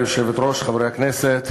אנחנו עוברים להצעות